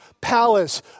palace